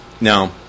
Now